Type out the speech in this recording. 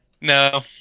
No